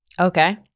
Okay